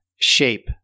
shape